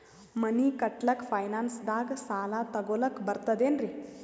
ಮನಿ ಕಟ್ಲಕ್ಕ ಫೈನಾನ್ಸ್ ದಾಗ ಸಾಲ ತೊಗೊಲಕ ಬರ್ತದೇನ್ರಿ?